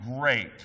great